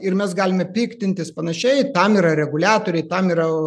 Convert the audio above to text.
ir mes galime piktintis panašiai tam yra reguliatoriai tam yra